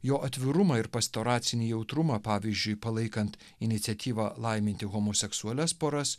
jo atvirumą ir pastoracinį jautrumą pavyzdžiui palaikant iniciatyvą laiminti homoseksualias poras